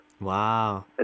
Wow